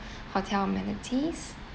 hotel amenities